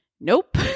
Nope